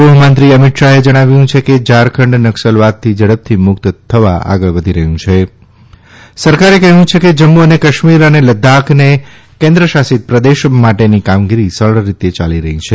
ગૃહમંત્રી અમિત શાહે જણાવ્યું છે કે ઝારખંડ નકસલવાદથી ઝડપથી મુક્ત થવા આગળ વધી રહ્યું છિં સરકારે કહ્યું છે કે જમ્મુ અને કાશ્મીર અને લદ્દાખને કેન્દ્રશાસિત પ્રદેશ માટેની કામગીરી સરળ રીતે યાલી રહી છે